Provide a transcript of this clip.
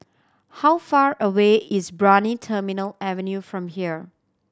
how far away is Brani Terminal Avenue from here